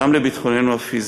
גם לביטחוננו הפיזי.